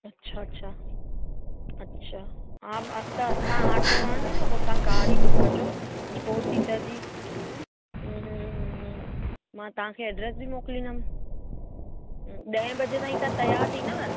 अच्छा अच्छा अच्छा हा त तव्हां ऑटो रहण ॾिजो पोइ तव्हां कार ई बुक कजो फोर सीटर जी मां तव्हांखे एड्रेस बि मोकलींदम ॾह बजे ताईं तव्हां तयार थींदव